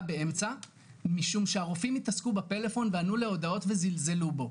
באמצע משום שהרופאים התעסקו בפלאפון וענו להודעות וזלזלו בו.